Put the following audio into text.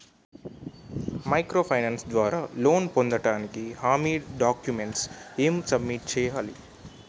Micro finance ద్వారా loan పొందటానికి హామీ డాక్యుమెంట్స్ ఎం సబ్మిట్ చేయాలి?